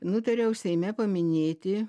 nutariau seime paminėti